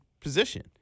position